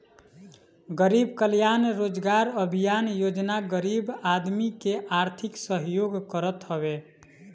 गरीब कल्याण रोजगार अभियान योजना गरीब आदमी के आर्थिक सहयोग करत हवे